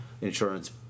insurance